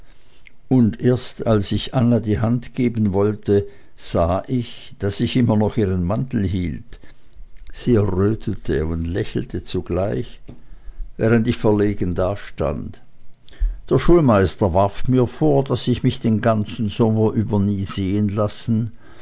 und erst als ich anna die hand geben wollte sah ich daß ich immer noch ihren mantel hielt sie errötete und lächelte zugleich während ich verlegen dastand der schulmeister warf mir vor daß ich mich den ganzen sommer über nie sehen lassen